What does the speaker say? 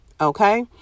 Okay